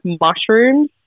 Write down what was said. mushrooms